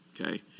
okay